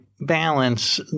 balance